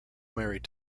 married